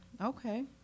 okay